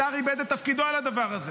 שר איבד את תפקידו על הדבר הזה,